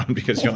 because